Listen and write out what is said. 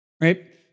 right